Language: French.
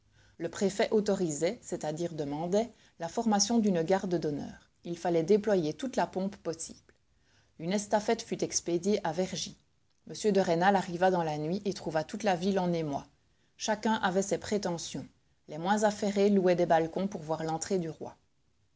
le préfet autorisait c'est-à-dire demandait la formation d'une garde d'honneur il fallait déployer toute la pompe possible une estafette fut expédiée à vergy m de rênal arriva dans la nuit et trouva toute la ville en émoi chacun avait ses prétentions les moins affairés louaient des balcons pour voir l'entrée du roi